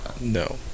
No